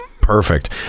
Perfect